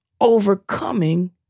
overcoming